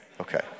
okay